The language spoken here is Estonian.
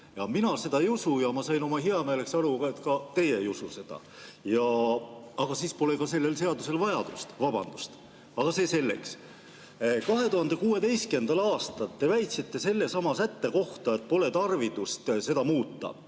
Mina seda ei usu ja ma sain oma heameeleks aru, et ka teie ei usu seda – aga siis pole selleks seaduseks ka vajadust, vabandust. See selleks. 2016. aastal te väitsite sellesama sätte kohta, et pole tarvidust seda muuta.